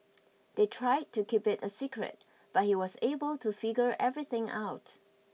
they tried to keep it a secret but he was able to figure everything out